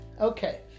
Okay